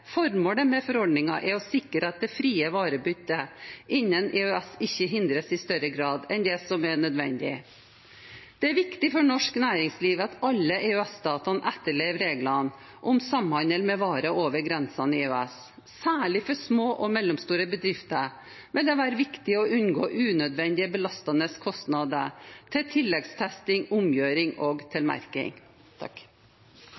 Formålet med forordningen er å sikre at det frie varebyttet innen EØS ikke hindres i større grad enn det som er nødvendig. Det er viktig for norsk næringsliv at alle EØS-statene etterlever reglene om samhandel med varer over grensene i EØS. Særlig for små og mellomstore bedrifter vil det være viktig å unngå unødvendige, belastende kostnader til tilleggstesting, omgjøring og